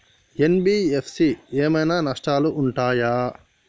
NBFC ఏమైనా నష్టాలు ఉంటయా?